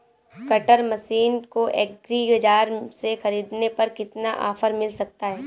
Cutter machine को agri बाजार से ख़रीदने पर कितना ऑफर मिल सकता है?